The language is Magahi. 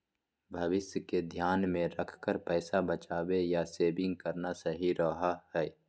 भविष्य के ध्यान मे रखकर पैसा बचावे या सेविंग करना सही रहो हय